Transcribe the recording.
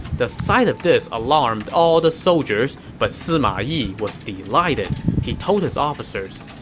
the sight of this alarmed all the soldiers, but sima yi was delighted. he told his officers,